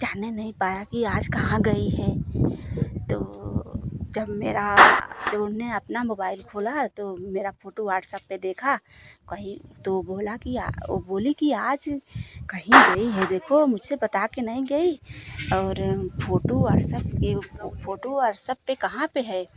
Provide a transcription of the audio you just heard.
जानने नहीं पाया की आज कहाँ गई है तो जब मेरा जब उन्होंने अपना मोबाइल खोला तो मेरा फोटू व्हाट्सअप पर देखा कहीं तो बोला की आ वह बोली की आज कहीं गई है देखो मुझसे बता के नहीं गई और फोटू व्हाट्सअप पर फोटू व्हाट्सअप पर कहाँ पर है